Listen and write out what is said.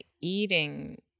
eating